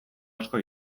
asko